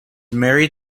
married